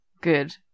good